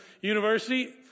University